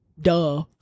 Duh